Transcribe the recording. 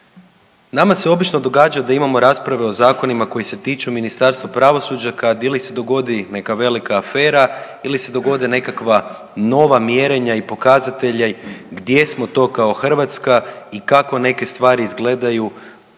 Nama se obično događa da imamo rasprave o zakonima koji se tiču Ministarstva pravosuđa kad ili se dogodi neka velika afera ili se dogode nekakva nova mjerenja i pokazatelji gdje smo to kao Hrvatska i kako neke stvari izgledaju